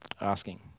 Asking